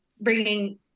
bringing